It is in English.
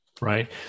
Right